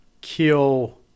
kill